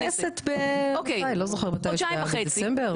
הכנסת לא זוכר מתי זה היה בדצמבר, ינואר.